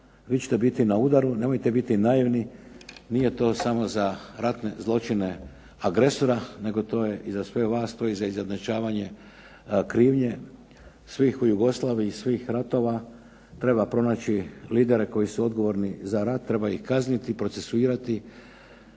vi ćete biti na udaru, nemojte biti naivni, nije to samo za ratne zločine agresora, nego to je i za sve vas to je za izjednačavanje krivnje svih u Jugoslaviji, svih ratova. Treba pronaći lidere koji su odgovorni za rat, treba ih kazniti, procesuirati